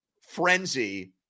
frenzy